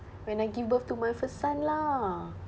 when I give birth to my first son lah